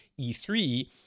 E3